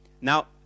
now